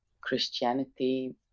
Christianity